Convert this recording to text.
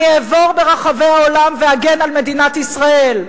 אני אעבור ברחבי העולם ואגן על מדינת ישראל,